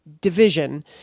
division